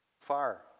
far